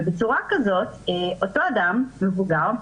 ובצורה כזאת אותו אדם מבוגר,